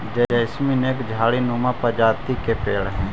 jasmine एक झाड़ी नुमा प्रजाति के पेड़ हई